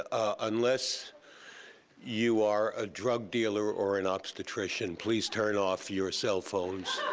ah unless you are a drug dealer or an obstetrician, please turn off your cell phones,